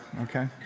okay